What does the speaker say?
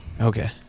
Okay